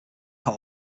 hot